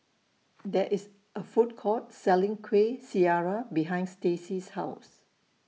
There IS A Food Court Selling Kueh Syara behind Stacy's House